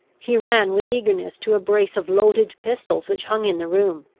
he ran with eagerness to a brace of loaded pistols which hung in the room,